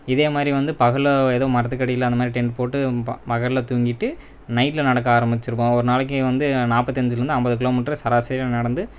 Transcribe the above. இதே மாரி வந்து பகலில் எதுவும் மரத்துக்கு அடியில அது மாரி டென்ட் போட்டு பகலில் தூங்கிட்டு நைட்டில நடக்க ஆரமிச்சுருவோம் ஒரு நாளைக்கு வந்து நாற்பத்தஞ்சிலேர்ந்து ஐம்பது கிலோ மீட்டர் சராசரியாக நடந்து